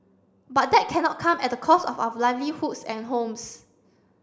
but that cannot come at the cost of our livelihoods and homes